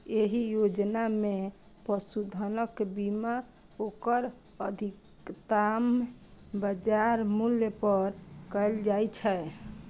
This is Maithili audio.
एहि योजना मे पशुधनक बीमा ओकर अधिकतम बाजार मूल्य पर कैल जाइ छै